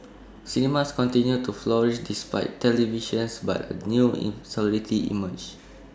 cinemas continued to flourish despite televisions but A new insularity emerged